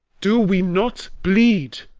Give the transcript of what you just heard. do we not bleed?